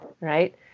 right